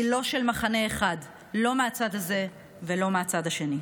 היא לא של מחנה אחד, לא מהצד הזה ולא מהצד השני.